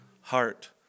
heart